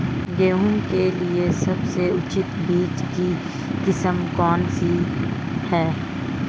गेहूँ के लिए सबसे अच्छी बीज की किस्म कौनसी है?